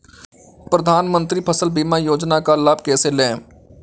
प्रधानमंत्री फसल बीमा योजना का लाभ कैसे लें?